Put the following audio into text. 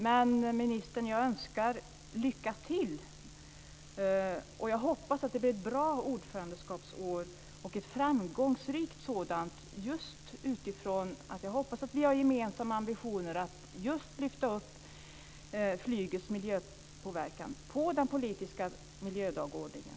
Jag önskar ministern lycka till och hoppas att det blir ett bra ordförandeskapsår och ett framgångsrikt sådant, just utifrån våra som jag hoppas gemensamma ambitioner att lyfta upp flygets miljöpåverkan på den politiska miljödagordningen.